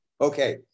Okay